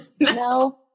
no